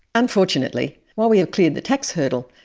unfortunately, while we have cleared the tax hurdle,